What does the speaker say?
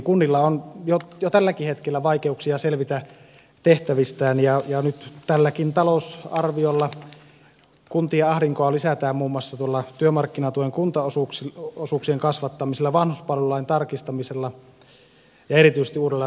kunnilla on jo tälläkin hetkellä vaikeuksia selvitä tehtävistään ja nyt tälläkin talousarviolla kuntien ahdinkoa lisätään muun muassa tuolla työmarkkinatuen kuntaosuuksien kasvattamisella vanhuspalvelulain tarkistamisella ja erityisesti uudella sosiaalihuoltolailla